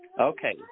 Okay